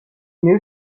new